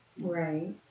Right